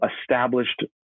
established